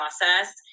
process